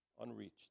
Unreached